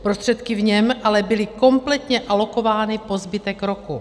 Prostředky v něm ale byly kompletně alokovány po zbytek roku.